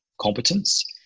competence